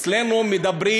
אצלנו מדברים,